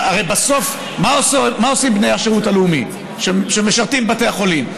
הרי בסוף מה עושים בני השירות הלאומי שמשרתים בבתי החולים?